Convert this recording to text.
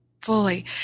fully